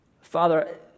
Father